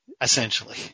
essentially